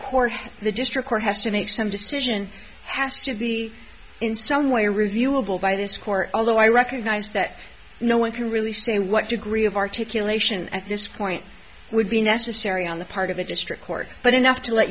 court the district court has to make some decision has to be in stone why reviewable by this court although i recognize that no one can really say what degree of articulation at this point would be necessary on the part of the district court but enough to let